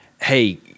hey